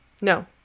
No